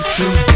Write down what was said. True